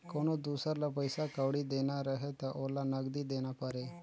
कोनो दुसर ल पइसा कउड़ी देना रहें त ओला नगदी देना परे